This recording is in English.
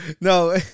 no